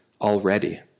already